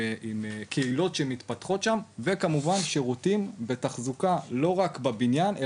עם קהילות שמתפתחות שם וכמובן שירותים ותחזוקה לא רק בבניין,